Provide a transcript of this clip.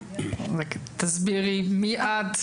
רק תסבירי מי את,